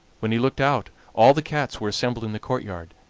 when he looked out all the cats were assembled in the courtyard,